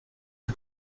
her